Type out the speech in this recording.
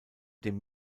dem